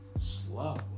slow